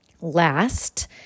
Last